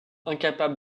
incapable